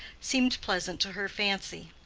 seemed pleasant to her fancy.